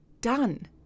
done